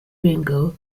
ringo